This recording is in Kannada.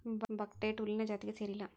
ಬಕ್ಹ್ಟೇಟ್ ಹುಲ್ಲಿನ ಜಾತಿಗೆ ಸೇರಿಲ್ಲಾ